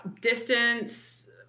distance